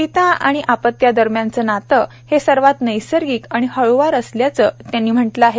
पिता आणि अपत्यादरम्यानचं नातं हे सर्वात नैसर्गिक आणि हळूवार असल्याचं त्यांनी म्हटलं आहे